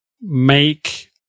Make